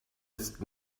ist